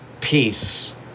Peace